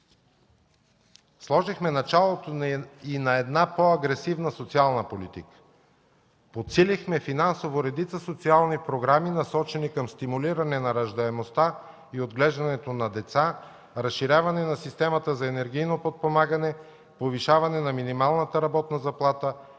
Сложихме началото и на една по-агресивна социална политика. Подсилихме финансово редица социални програми, насочени към стимулиране на раждаемостта и отглеждането на деца, разширяване на системата за енергийно подпомагане, повишаване на минималната работна заплата,